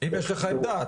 אם יש לך עמדה.